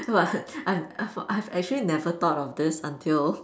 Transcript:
I've I've I've actually never thought of this until